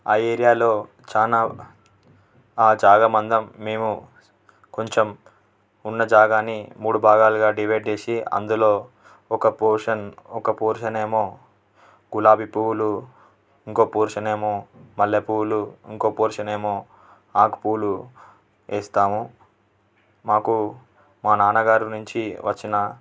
ఆ ఏరియాలో చాలా ఆ జాగా మందం మేము కొంచెం ఉన్న జాగాని మూడు భాగాలుగా డివైడ్ చేసి అందులో ఒక పోర్షన్ ఒక పోర్షన్ ఏమో గులాబీ పువ్వులు ఇంకో పోర్షన్ ఏమో మల్లె పూలు ఇంకో పోర్షన్ ఏమో ఆకు పూలు వేస్తాము మాకు మా నాన్నగారి నుంచి వచ్చిన